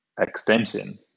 extension